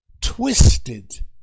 twisted